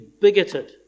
bigoted